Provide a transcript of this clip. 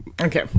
Okay